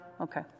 Okay